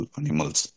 animals